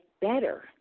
better